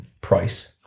price